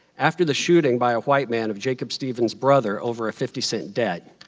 after the shooting by a white man of jacob stevens' brother over a fifty cent debt,